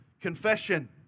confession